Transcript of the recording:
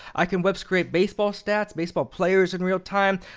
i can web scrape baseball stats, baseball players in real time.